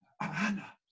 Anna